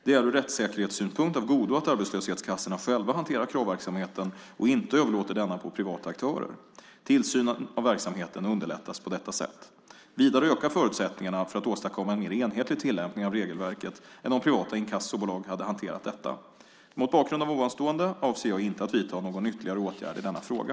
Det är ur rättsäkerhetssynpunkt av godo att arbetslöshetskassorna själva hanterar kravverksamheten och inte överlåter denna på privata aktörer. Tillsynen av verksamheten underlättas på detta sätt. Vidare ökar förutsättningarna för att åstadkomma en mer enhetlig tillämpning av regelverket än om privata inkassobolag hade hanterat detta. Mot bakgrund av ovanstående avser jag inte att vidta någon ytterligare åtgärd i denna fråga.